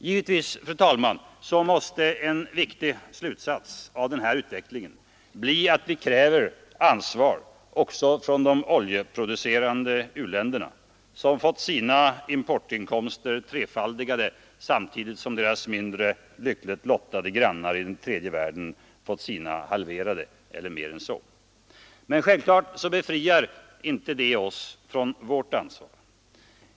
Givetvis, fru talman, måste en viktig slutsats av den här utvecklingen bli att vi kräver ett ansvar också från de oljeproducerande u-länder som fått sina importinkomster trefaldigade samtidigt som deras mindre lyckligt lottade grannar i den tredje världen fått sina inkomster halverade eller värre än så. Självklart befriar inte det oss från ansvar.